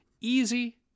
Easy